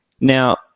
Now